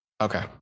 Okay